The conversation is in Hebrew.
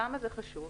למה זה חשוב?